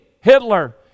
Hitler